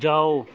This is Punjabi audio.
ਜਾਓ